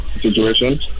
situation